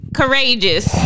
courageous